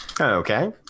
Okay